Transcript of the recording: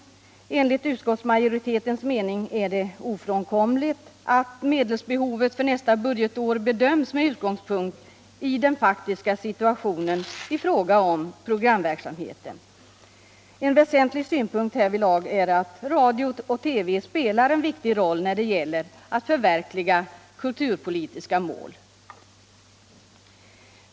Enligt utskottsmajoritetens mening är det ofrånkomligt att medelsbehovet för nästa budgetår bedöms med utgångspunkt i den faktiska situationen när det gäller programverksamheten. En väsentlig synpunkt härvidlag är att radio och TV spelar en viktig roll i strävandena att förverkliga kulturpolitiska mål.